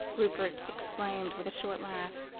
rupert exclaimed with a short laugh.